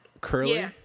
Curly